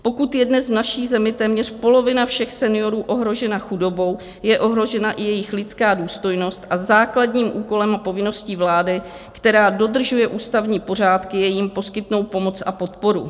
Pokud je dnes v naší zemi téměř polovina všech seniorů ohrožena chudobou, je ohrožena i jejich lidská důstojnost a základním úkolem a povinností vlády, která dodržuje ústavní pořádky, je jim poskytnout pomoc a podporu.